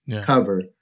cover